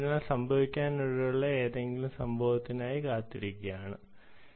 ഇല്ല അതിനാൽ സംഭവിക്കാനിടയുള്ള ഏതെങ്കിലും സംഭവത്തിനായി കാത്തിരിക്കുകയാണ് വിദ്യാർത്ഥി അതെ